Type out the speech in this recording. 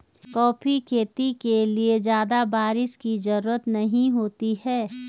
coffee खेती के लिए ज्यादा बाऱिश की जरूरत नहीं होती है